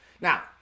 Now